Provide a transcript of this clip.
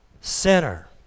sinner